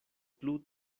plu